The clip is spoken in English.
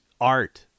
art